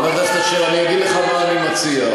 חבר הכנסת אשר, אומר לך מה אני מציע.